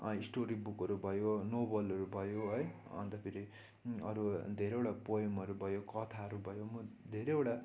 story बुकहरू भयो नोवलहरू भयो है अन्त फेरि अरू धेरैवटा पोइमहरू भयो कथाहरू भयो म धेरैवटा